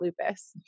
lupus